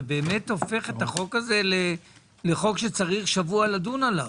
זה באמת הופך את החוק הזה לחוק שצריך שבוע לדון בו.